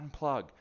Unplug